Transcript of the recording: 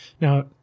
Now